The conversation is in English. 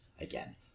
again